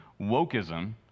wokeism